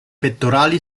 pettorali